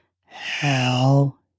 Hell